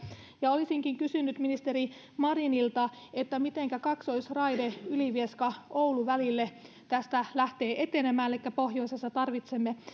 olisinkin kysynyt ministeri marinilta mitenkä kaksoisraide ylivieska oulu välille tästä lähtee etenemään pohjoisessa tarvitsemme